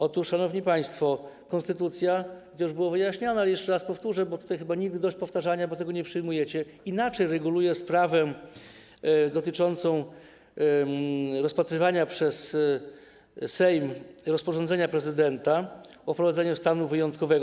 Otóż, szanowni państwo, konstytucja, co już było wyjaśniane, ale jeszcze raz powtórzę, bo chyba nigdy dość powtarzania, skoro tego nie przyjmujecie, inaczej reguluje sprawę dotyczącą rozpatrywania przez Sejm rozporządzenia prezydenta o wprowadzeniu stanu wyjątkowego.